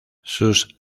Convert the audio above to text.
sus